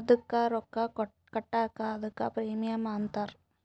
ಅದ್ದುಕ ರೊಕ್ಕಾ ಕಟ್ಬೇಕ್ ಅದ್ದುಕ ಪ್ರೀಮಿಯಂ ಅಂತಾರ್